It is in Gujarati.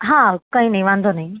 હા કઈ નહીં વાંધો નહીં